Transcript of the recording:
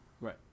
Right